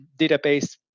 database